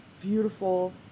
beautiful